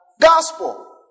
gospel